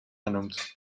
genoemd